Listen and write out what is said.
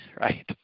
right